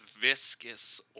viscous